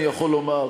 אני יכול לומר,